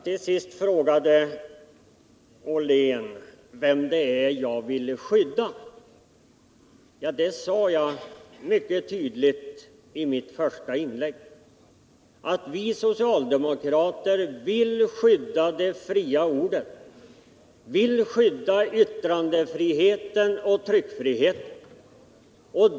Till sist frågade Joakim Ollén vem det är som jag vill skydda. Det sade jag mycket tydligt i mitt första inlägg. Vi socialdemokrater vill skydda det fria ordet, yttrandefriheten och tryckfriheten.